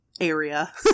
area